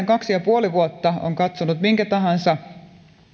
kaksi pilkku viisi vuotta on katsonut minkä tahansa